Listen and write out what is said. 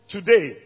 Today